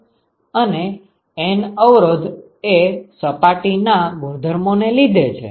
અને N અવરોધ એ સપાટી ના ગુણધર્મો ને લીધે છે